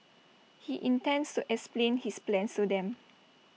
he intends to explain his plans to them